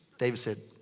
david said,